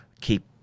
keep